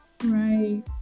Right